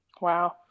Wow